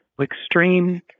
extreme